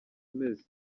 imeze